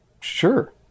Sure